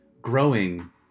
growing